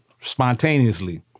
spontaneously